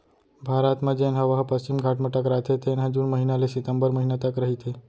भारत म जेन हवा ह पस्चिम घाट म टकराथे तेन ह जून महिना ले सितंबर महिना तक रहिथे